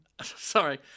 Sorry